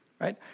right